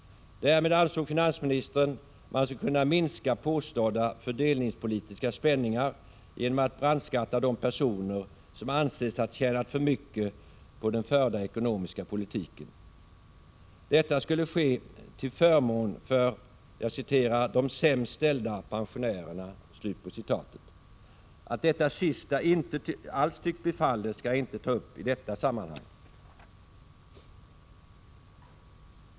Därmed ansåg finansministern att man skulle kunna minska påstådda fördelningspolitiska spänningar genom att brandskatta de personer som anses ha tjänat för mycket på den förda ekonomiska politiken. Detta skulle ske till förmån för ”de sämst ställda pensionärerna”. Att det sista inte alls tycks bli fallet skall jag inte ta upp i detta sammanhang.